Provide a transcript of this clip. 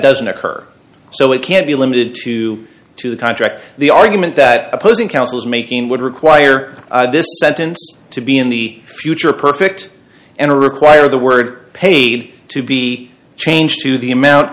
doesn't occur so it can't be limited to two the contract the argument that opposing counsel is making would require this sentence to be in the future perfect and require the word paid to be changed to the amount